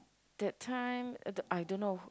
that time uh I don't know